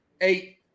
Eight